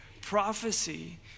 Prophecy